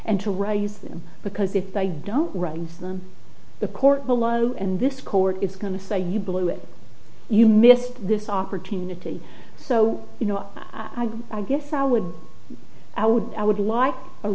and to raise them because if they don't run them the court below and this court is going to say you blew it you missed this opportunity so you know i guess i would i would i would like a